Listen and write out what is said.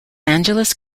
angeles